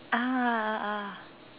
ah ah ah